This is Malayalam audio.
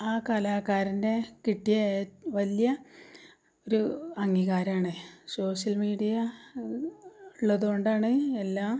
ആ കലാകാരൻ്റെ കിട്ടിയ വലിയ ഒരു അംഗീകാരമാണ് സോഷ്യൽ മീഡിയ ഉള്ളതുകൊണ്ടാണ് എല്ലാ